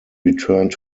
returned